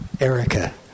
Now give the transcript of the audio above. Erica